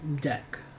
deck